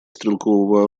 стрелкового